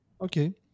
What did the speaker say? okay